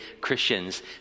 Christians